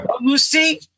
Lucy